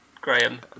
Graham